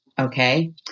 okay